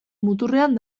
muturrean